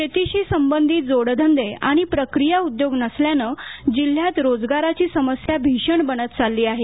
शेतीशी संबंधित जोडधंदे आणि प्रक्रीया उद्योग नसल्यानं जिल्ह्यात रोजगाराची समस्या भीषण बनत चालली आहे